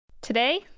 Today